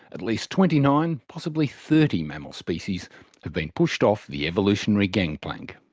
at least twenty nine, possibly thirty mammal species have been pushed off the evolutionary gangplank.